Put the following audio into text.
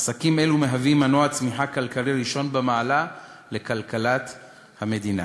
עסקים אלה מהווים מנוע צמיחה כלכלי ראשון במעלה לכלכלת המדינה.